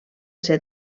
ser